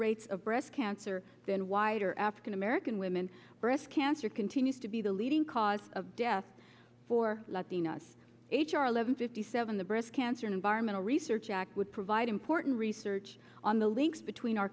rates of breast cancer than wider african american women breast cancer continues to be the leading cause of death for latinos h r eleven fifty seven the breast cancer environmental research act would provide important research on the links between our